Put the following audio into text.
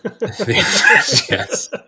Yes